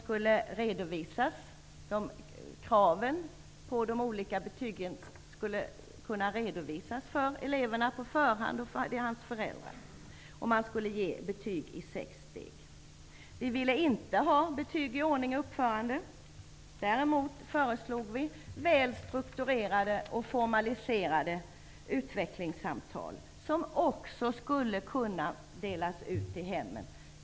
Kraven för de olika betygen skulle redovisas för eleverna och deras föräldrar på förhand, och man skulle ge betyg i sex steg. Vi ville inte ha betyg i ordning och uppförande. Däremot föreslog vi väl strukturerade och formaliserade utvecklingssamtal som i skriftlig form också skulle kunna delas ut i hemmen.